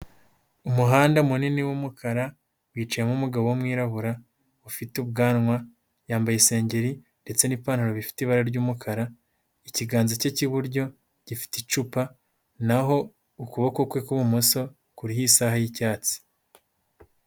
Umuhanda munini w'umukara, wicayemo umugabo w'umwirabura, ufite ubwanwa, yambaye Isengeri ndetse n'ipantaro bifite ibara ry'umukara, ikiganza cye cy'iburyo gifite icupa, naho ukuboko kwe kw'ibumoso, kuriho isaha y'icyatsi.